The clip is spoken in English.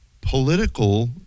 political